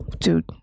dude